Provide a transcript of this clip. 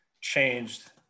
changed